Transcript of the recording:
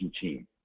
team